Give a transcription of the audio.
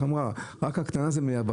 איך היא אמרה: רק האגרה זה 1.5 מיליארד.